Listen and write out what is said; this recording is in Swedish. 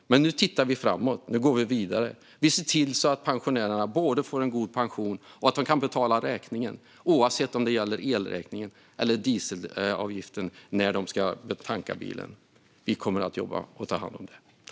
Men nu tittar vi framåt. Nu går vi vidare. Vi ser till att pensionärerna både får en god pension och kan betala räkningen oavsett om det gäller elräkningen eller dieselavgiften när de ska tanka bilen. Vi kommer att jobba och ta hand om det.